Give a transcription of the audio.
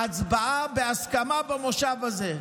הצבעה בהסכמה במושב הזה.